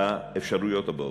באפשרויות הבאות: